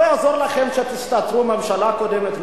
לא יעזור לכם שתצעקו: ממשלה קודמת.